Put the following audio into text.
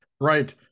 Right